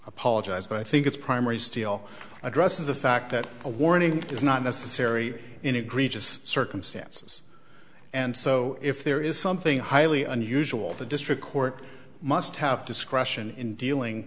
apologize but i think it's primary steel addresses the fact that a warning is not necessary in egregious circumstances and so if there is something highly unusual the district court must have to scrushy in dealing